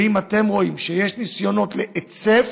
ואם אתם רואים שיש ניסיונות להיצף,